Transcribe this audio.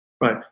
Right